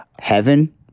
Heaven